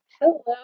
Hello